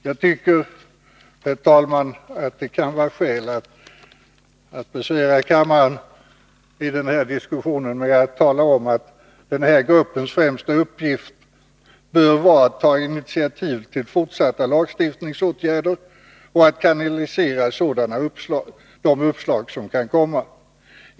Jag tycker, herr talman, att det kan vara skäl att i den här diskussionen besvära kammaren med att tala om, att den här gruppens främsta uppgift bör vara att ta initiativ till fortsatta lagstiftningsåtgärder och att kanalisera de uppslag som kan komma.